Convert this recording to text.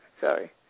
Sorry